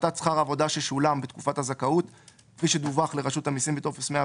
בהפחתת שכר העבודה ששולם בתקופת הזכאות